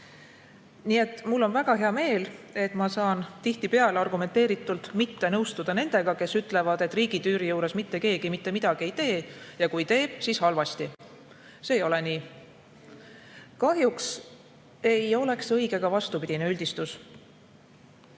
aitäh! Mul on väga hea meel, et ma saan tihtipeale argumenteeritult mitte nõustuda nendega, kes ütlevad, et riigitüüri juures mitte keegi mitte midagi ei tee ja kui teeb, siis halvasti. See ei ole nii. Kahjuks ei oleks õige ka vastupidine üldistus.